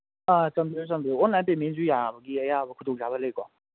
ꯑ ꯆꯟꯕꯤꯌꯨ ꯆꯟꯕꯤꯌꯨ ꯑꯣꯟꯂꯥꯏꯟ ꯄꯦꯃꯦꯟꯁꯨ ꯌꯥꯕꯒꯤ ꯑꯌꯥꯕ ꯈꯨꯗꯣꯡꯆꯥꯕ ꯂꯩꯀꯣ